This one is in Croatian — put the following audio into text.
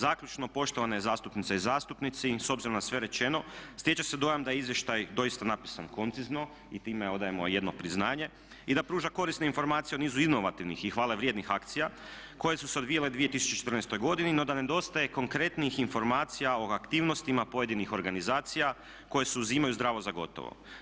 Zaključno, poštovane zastupnice i zastupnici, s obzirom na sve rečeno stječe se dojam da je izvještaj doista napisan koncizno i time odajemo jedno priznanje i da pruža korisne informacije o nizu inovativnih i hvale vrijednih akcije koje su se odvijale u 2014. godini, no da nedostaje konkretnijih informacija o aktivnostima pojedinih organizacija koje se uzimaju zdravo za gotovo.